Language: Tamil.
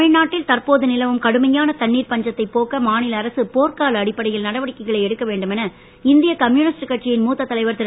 தமிழ்நாட்டில் தற்போது நிலவும் கடுமையான தண்ணீர் பஞ்சத்தை போக்க மாநில அரசு போர்க்கால அடிப்படையில் நடவடிக்கைகளை எடுக்க வேண்டும் என இந்திய கம்யூனிஸ்ட் கட்சியின் மூத்த தலைவர் திரு